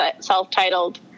self-titled